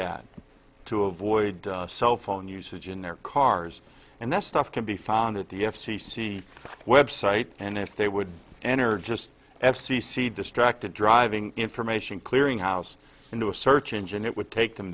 at to avoid cell phone usage in their cars and that stuff can be found at the f c c web site and if they would enter just f c c distracted driving information clearinghouse into a search engine it would take them